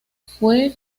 fue